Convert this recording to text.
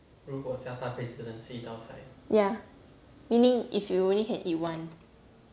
ya meaning if you only can eat one